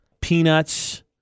peanuts